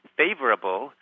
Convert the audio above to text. favorable